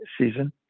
Season